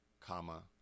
comma